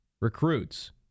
recruits